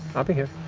i'll be here.